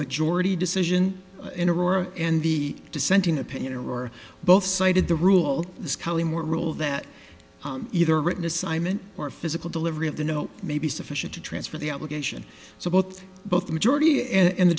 majority decision in aurora and the dissenting opinion or were both cited the rule this cullimore rule that either written assignment or physical delivery of the no may be sufficient to transfer the obligation so both both the majority and the